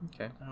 okay